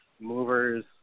movers